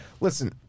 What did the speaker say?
Listen